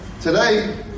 today